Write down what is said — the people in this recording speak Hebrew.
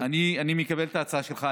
אני מקבל את ההצעה שלך.